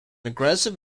aggressive